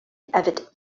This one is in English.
avid